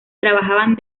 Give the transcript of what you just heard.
trabajaban